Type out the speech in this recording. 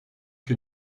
que